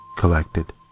collected